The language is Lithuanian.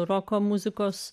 roko muzikos